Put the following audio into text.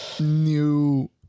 new